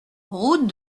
route